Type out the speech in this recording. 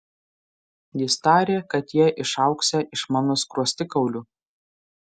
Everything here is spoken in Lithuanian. jis tarė kad jie išaugsią iš mano skruostikaulių